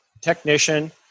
technician